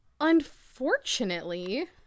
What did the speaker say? unfortunately